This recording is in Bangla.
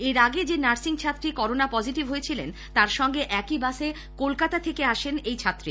এর আগে যে নার্সিং ছাত্রী করোনা পজিটিভ হয়েছিলেন তার সঙ্গে একই বাসে কলকাতা থেকে আসেন এই ছাত্রী